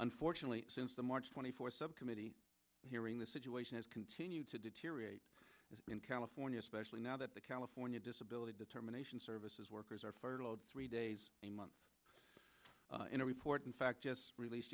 unfortunately since the march twenty fourth subcommittee hearing the situation has continued to deteriorate in california especially now that the california disability determination services workers are furloughed three days a month in a report in fact released